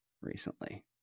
recently